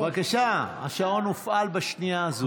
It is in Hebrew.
בבקשה, השעון הופעל בשנייה הזאת.